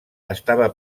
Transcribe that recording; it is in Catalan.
estava